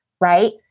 right